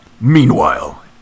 Meanwhile